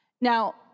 Now